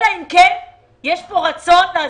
אלא אם כן יש כן יש כאן רצון לעזוב.